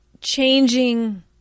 changing